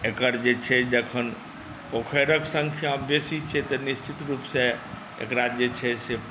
एकर जे छै जखन पोखरिक सङ्ख्या बेसी छै तऽ निश्चित रूपसँ एकरा जे छै से